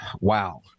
Wow